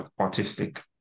autistic